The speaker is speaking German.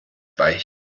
beichten